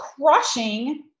crushing